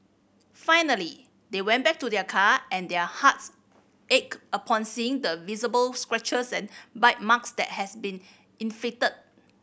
finally they went back to their car and their hearts ached upon seeing the visible scratches and bite marks that has been inflicted